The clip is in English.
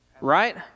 right